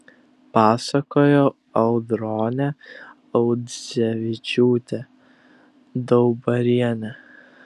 pasakojo audronė audzevičiūtė daubarienė